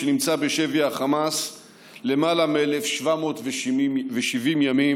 שנמצא בשבי החמאס למעלה מ-1,770 ימים,